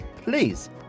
please